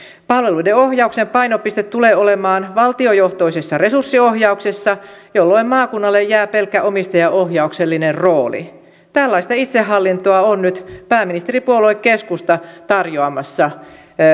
palveluiden ohjauksen painopiste tulee olemaan valtiojohtoisessa resurssiohjauksessa jolloin maakunnalle jää pelkkä omistajaohjauksellinen rooli tällaista itsehallintoa on nyt pääministeripuolue keskusta tarjoamassa